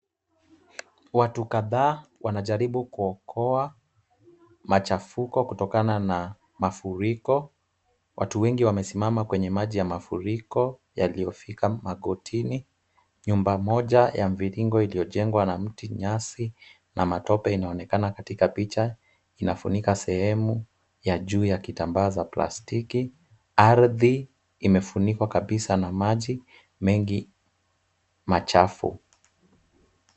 Watu kadhaa wanajaribu kuokoa machafuko kutokana na mafuriko. Watu wengi wamesimama kwenye maji ya mafuriko yaliyofika magotini. Nyumba moja ya mviringo iliyojengwa na mti, nyasi na matope inaonekana katika picha. Inafunika sehemu ya juu ya kitambaa za plastiki. Ardhi imefunikwa kabisa na maji mengi machafu.